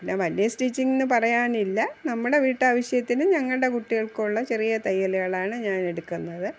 പിന്നെ വലിയ സ്റ്റിച്ചിങ്ങെന്ന് പറയാനില്ല നമ്മുടെ വീട്ടാവശ്യത്തിനും ഞങ്ങളുടെ കുട്ടികൾക്കുമുള്ള ചെറിയ തയ്യലുകളാണ് ഞാൻ എടുക്കുന്നത്